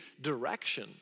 direction